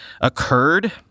occurred